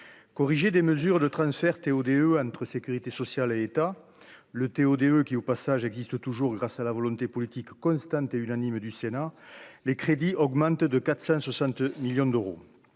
corrigé des mesures de transfert TODE à notre sécurité sociale et état le TO-DE, qui au passage existe toujours grâce à la volonté politique constante et unanime du Sénat les crédits augmentent de 460 millions d'euros